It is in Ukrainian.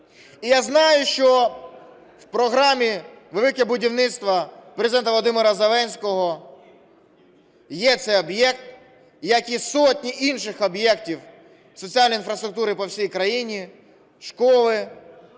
І я знаю, що в програмі "Велике будівництво" Президента Володимира Зеленського є цей об'єкт, як і сотні інших об'єктів соціальної інфраструктури по всій країні – школи,